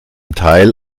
teil